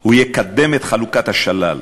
הוא יקדם את חלוקת השלל.